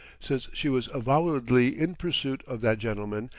since she was avowedly in pursuit of that gentleman,